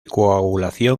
coagulación